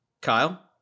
Kyle